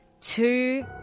two